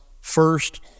first